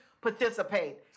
participate